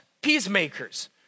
peacemakers